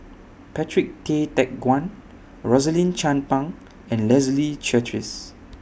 Patrick Tay Teck Guan Rosaline Chan Pang and Leslie Charteris